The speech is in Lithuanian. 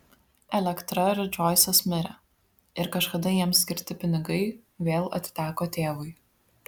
elektra ir džoisas mirė ir kažkada jiems skirti pinigai vėl atiteko tėvui